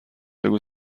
بگو